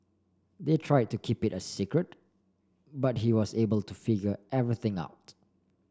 they tried to keep it a secret but he was able to figure everything out